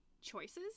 choices